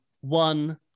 one